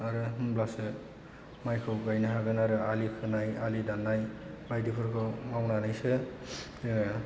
आरो होनब्लासो माइखौ गायनो हागोन आरो आलि खोनाय आलि दाननाय बायदिफोरखौ मावनानैसो जोङो